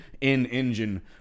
in-engine